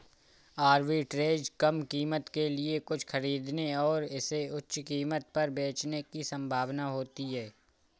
arbitrage कम कीमत के लिए कुछ खरीदने और इसे उच्च कीमत पर बेचने की संभावना होती है